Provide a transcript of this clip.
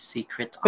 Secret